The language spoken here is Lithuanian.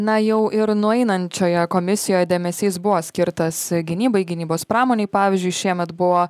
na jau ir nueinančioje komisijoj dėmesys buvo skirtas gynybai gynybos pramonei pavyzdžiui šiemet buvo